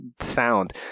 sound